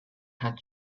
had